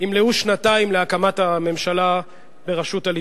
ימלאו שנתיים להקמת הממשלה בראשות הליכוד,